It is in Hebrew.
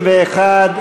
61,